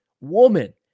woman